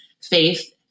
faith